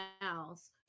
else